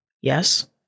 Yes